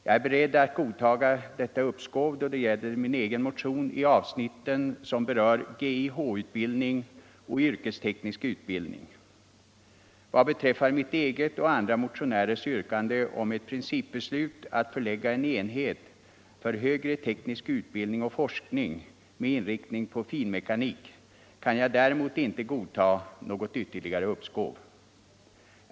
Jag är beredd att godtaga detta uppskov då det gäller min egen motion i avsnitten som berör GIH-utbildning och yrkesteknisk utbildning. Vad beträffar mitt eget och andra motionärers yrkande på ett principbeslut om förläggande till Skellefteå av en enhet för högre teknisk utbildning och forskning med inriktning på finmekanik kan jag däremot inte godta ytterligare uppskov.